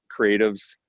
creatives